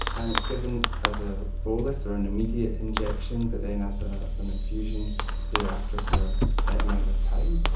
and it's given as a bolus or an immediate injection, but then as ah an infusion thereafter for a set amount of time.